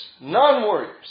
non-warriors